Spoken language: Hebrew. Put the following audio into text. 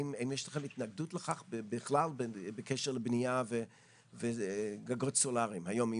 האם יש לכם התנגדות לכך בכלל בקשר לבנייה ולגגות סולאריים היום?